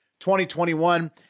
2021